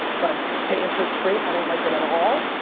but to answer it straight, i don't like it at all.